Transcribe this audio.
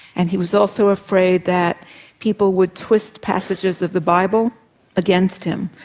and he was also afraid that people would twist passages of the bible against him,